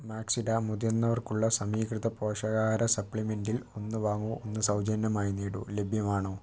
മാക്സ്വിട മുതിർന്നവർക്കുള്ള സമീകൃത പോഷകാഹാര സപ്ലിമെൻറ്റിൽ ഒന്ന് വാങ്ങൂ ഒന്ന് സൗജന്യമായി നേടൂ ലഭ്യമാണോ